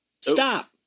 Stop